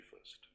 first